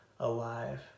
alive